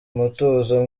umutuzo